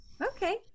Okay